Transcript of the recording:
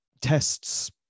tests